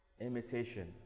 Imitation